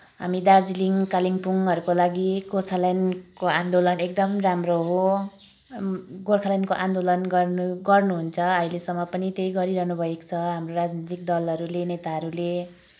हामी दार्जिलिङ कालिम्पोङहरूको लागि गोर्खाल्यान्डको आन्दोलन एकदम राम्रो हो गोर्खाल्यान्डको आन्दोलन गर्नु गर्नुहुन्छ अहिलेसम्म पनि त्यही गरिरहनु भएको छ हाम्रो राजनीतिक दलहरूले नेताहरूले